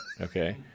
okay